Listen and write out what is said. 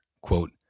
quote